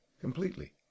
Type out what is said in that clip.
completely